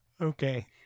okay